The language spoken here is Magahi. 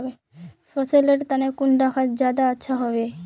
फसल लेर तने कुंडा खाद ज्यादा अच्छा हेवै?